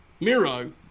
Miro